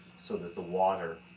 so that the water,